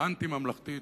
או אנטי-ממלכתית,